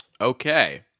Okay